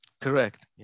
Correct